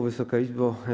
Wysoka Izbo!